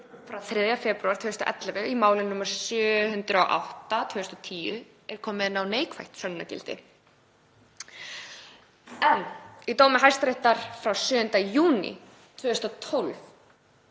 frá 3. febrúar 2011, í máli nr. 708/2010, er komið inn á neikvætt sönnunargildi en í dómi Hæstaréttar frá 7. júní 2012,